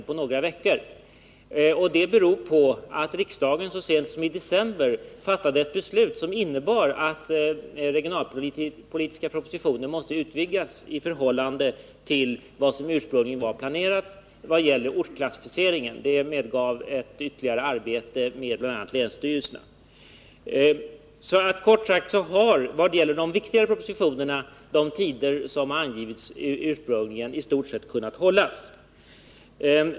I det fallet rör det sig om några veckor, och det beror på att riksdagen så sent som i december fattade ett beslut som innebar att den regionalpolitiska propositionen måste utvidgas i förhållande till vad som ursprungligen var planerat i vad gäller ortsklassifi ceringen. Det medförde ytterligare arbete, bl.a. för länsstyrelserna. Kort sagt har i fråga om de viktigare propositionerna de tider som ursprungligen angivits i stort sett kunnat hållas.